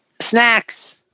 Snacks